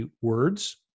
words